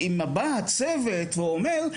אם בא צוות ואומר,